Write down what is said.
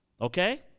Okay